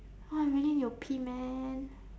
!wah! I really need to pee man